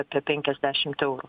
apie penkiasdešimt eurų